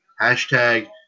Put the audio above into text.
Hashtag